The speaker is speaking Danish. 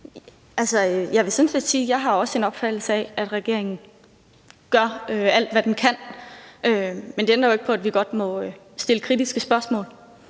Jeg vil sådan set sige, at jeg også har en opfattelse af, at regeringen gør alt, hvad den kan. Men det ændrer jo ikke på, at vi godt må stille kritiske spørgsmål,